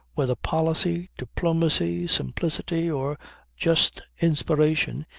whether policy, diplomacy, simplicity, or just inspiration,